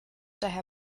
daher